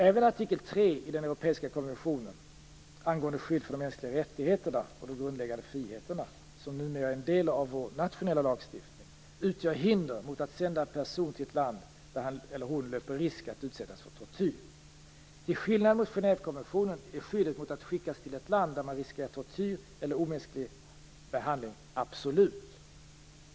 Även artikel 3 i den europeiska konventionen angående skydd för de mänskliga rättigheterna och de grundläggande friheterna, som numera är en del av vår nationella lagstiftning, utgör hinder mot att sända en person till ett land där han eller hon löper risk att utsättas för tortyr. Till skillnad från Genèvekonventionen är skyddet mot att skickas till ett land där man riskerar tortyr eller omänsklig behandling absolut.